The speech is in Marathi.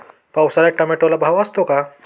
पावसाळ्यात टोमॅटोला भाव असतो का?